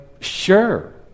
sure